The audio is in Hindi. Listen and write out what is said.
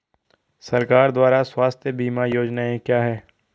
सरकार द्वारा स्वास्थ्य बीमा योजनाएं क्या हैं?